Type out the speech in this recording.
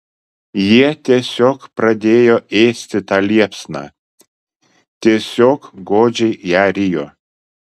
jie tiesiog pradėjo ėsti tą liepsną tiesiog godžiai ją rijo